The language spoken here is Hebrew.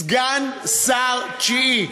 סגן שר תשיעי.